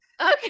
Okay